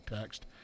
text